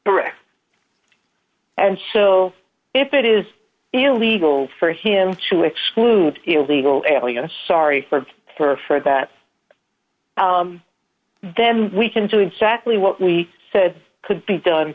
correct and so if it is illegal for him to exclude illegal aliens sorry for for for that then we can do in secondly what we said could be done